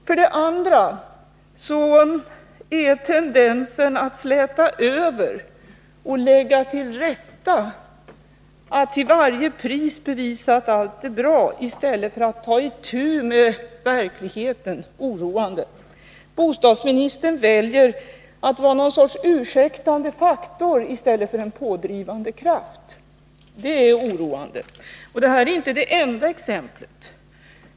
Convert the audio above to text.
För det andra är tendensen att släta över och lägga till rätta, att till varje pris bevisa att allt är bra i stället för att ta itu med verkligheten, oroande. Bostadsministern väljer att vara någon sorts ursäktande faktor i stället för en pådrivande kraft. Det är oroande. Det här är inte det enda exemplet.